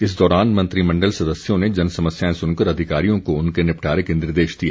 इस दौरान मंत्रिमण्डल सदस्यों ने जन समस्याएं सुनकर अधिकारियों को उनके निपटारे के निर्देश दिए